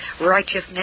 righteousness